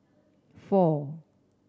four